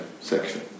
section